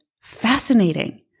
fascinating